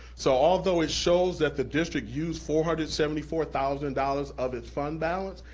so although it shows that the district used four hundred and seventy four thousand dollars of its fund balance,